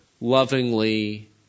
lovingly